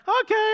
okay